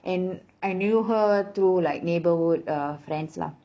and I knew her through like neighborhood uh friends lah